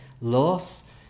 loss